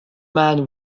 man